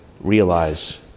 realize